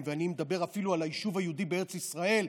ואני מדבר אפילו על היישוב היהודי בארץ ישראל,